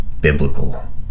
biblical